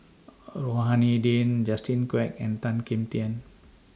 Rohani Din Justin Quek and Tan Kim Tian